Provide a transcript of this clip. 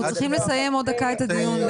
אנחנו צריכים לסיים עוד דקה את הדיון, לאה.